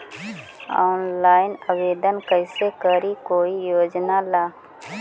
Online आवेदन कैसे करी कोई योजना ला?